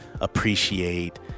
appreciate